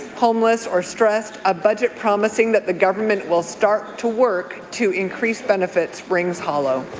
homeless, or stressed, a budget promising that the government will start to work to increase benefits rings hollow.